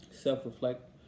self-reflect